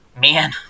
Man